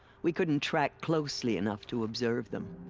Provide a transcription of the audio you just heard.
we couldn't track closely enough to observe them.